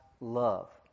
love